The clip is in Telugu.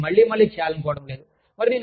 కానీ నేను దీన్ని మళ్ళీ మళ్ళీ చేయాలనుకోవడం లేదు